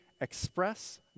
express